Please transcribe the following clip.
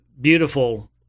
beautiful